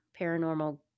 paranormal